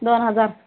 दोन हजार